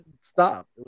stop